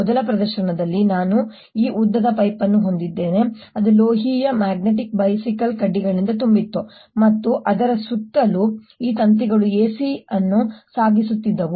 ಮೊದಲ ಪ್ರದರ್ಶನದಲ್ಲಿ ನಾನು ಈ ಉದ್ದದ ಪೈಪ್ ಅನ್ನು ಹೊಂದಿದ್ದೇನೆ ಅದು ಲೋಹೀಯ ಮ್ಯಾಗ್ನೆಟಿಕ್ ಬೈಸಿಕಲ್ ಕಡ್ಡಿಗಳಿಂದ ತುಂಬಿತ್ತು ಮತ್ತು ಅದರ ಸುತ್ತಲೂ ಈ ತಂತಿಗಳು AC ಅನ್ನು ಸಾಗಿಸುತ್ತಿದ್ದವು